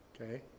okay